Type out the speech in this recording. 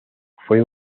fue